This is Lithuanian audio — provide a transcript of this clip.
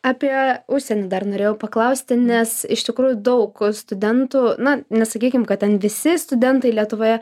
apie užsienį dar norėjau paklausti nes iš tikrųjų daug studentų na nesakykim kad ten visi studentai lietuvoje